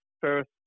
first